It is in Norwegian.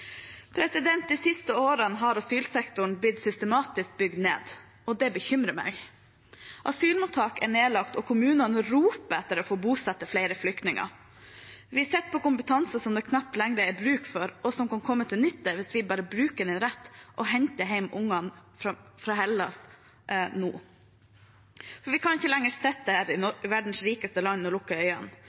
De siste årene har asylsektoren blitt systematisk bygd ned, og det bekymrer meg. Asylmottak er nedlagt, og kommunene roper etter å få bosette flere flyktninger. Vi sitter på kompetanse som det knapt lenger er bruk for, og som kan komme til nytte hvis vi bare bruker den rett og henter hjem ungene fra Hellas nå. Vi kan ikke lenger sitte her i verdens rikeste land og lukke